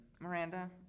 Miranda